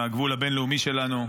מהגבול הבין-לאומי שלנו.